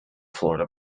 florida